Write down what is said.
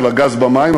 אלא גז במים,